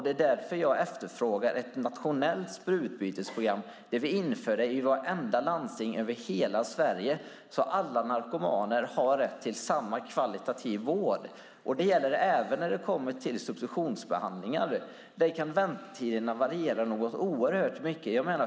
Det är därför jag efterfrågar ett nationellt sprututbytesprogram som införs i vartenda landsting i hela Sverige. Alla narkomaner ska nämligen ha rätt till samma kvalitativa vård. Detta gäller även substitutionsbehandlingar. Där kan väntetiderna variera oerhört mycket.